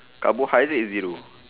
carbohydrate zero